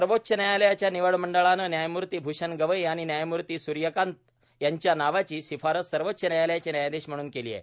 सर्वोच्च न्यायालयाच्या निवड मंडळानं न्यायमूर्ती भूषण गवई आणि न्यायमूर्ती सूर्या कांत यांच्या नावाची शिफारस सर्वोच्च न्यायालयाचे न्यायाधिश म्हणून केली आहे